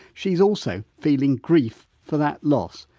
she's also feeling grief for that loss.